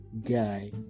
guy